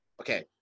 okay